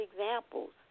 examples